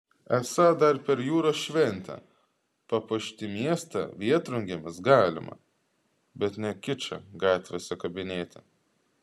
esą dar per jūros šventę papuošti miestą vėtrungėmis galima bet ne kičą gatvėse kabinėti